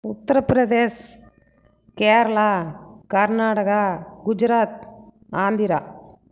Uttar Pradesh Kerala Karnataka Gujarat Andhra